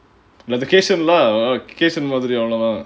location lah location மாதிரி அவ்ளோ தான்:maathiri avlo thaan